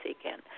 again